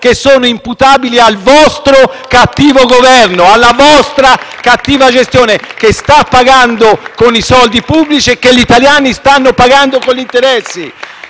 che sono imputabili al vostro cattivo Governo e alla vostra cattiva gestione, che viene pagata con soldi pubblici e che gli italiani stanno pagando con gli interessi.